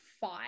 five